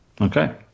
Okay